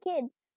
kids